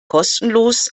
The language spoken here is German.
kostenlos